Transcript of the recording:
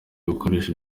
ibikoresho